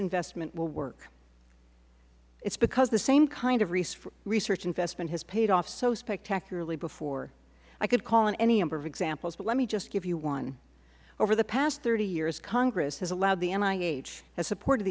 investment will work it is because the same kind of research investment has paid off so spectacularly before i could call on any number of examples but let me just give you one over the past thirty years congress has allowed the nih has supported